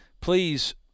please